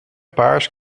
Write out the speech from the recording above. paars